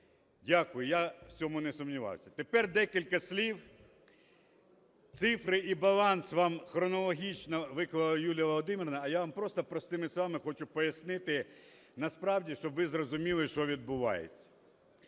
Дякую. Я в цьому не сумнівався. Тепер декілька слів. Цифри і баланс вам хронологічно виклала Юлія Володимирівна, а я вам просто простими словами хочу пояснити насправді, щоб ви зрозуміли, що відбувається.